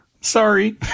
Sorry